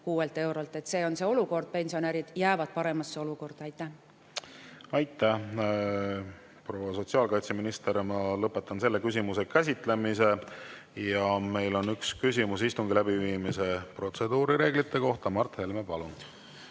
776 eurolt. See on see olukord, pensionärid jäävad paremasse olukorda. Aitäh, proua sotsiaalkaitseminister! Ma lõpetan selle küsimuse käsitlemise. Meil on üks küsimus istungi läbiviimise protseduurireeglite kohta. Mart Helme, palun!